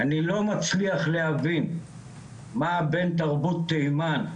אני לא מצליח להבין מה בין תרבות תימן,